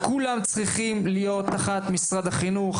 כולם צריכים להיות תחת משרד החינוך,